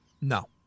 no